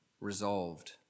resolved